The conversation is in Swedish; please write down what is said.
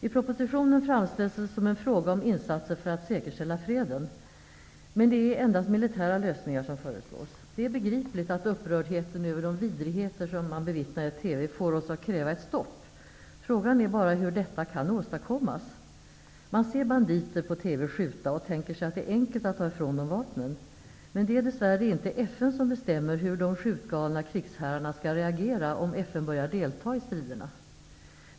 I propositionen framställs det som en fråga om insatser för att säkerställa freden. Men det är endast militära lösningar som föreslås. Det är begripligt att upprördheten över de vidrigheter som vi bevittnar i TV får oss att kräva ett stopp. Frågan är bara hur detta kan åstadkommas. Man ser på TV banditer skjuta och tänker sig att det är enkelt att ta ifrån dem vapnen. Men det är dess värre inte FN som bestämmer hur de skjutgalna krigsherrarna skall reagera om FN börjar delta i striderna.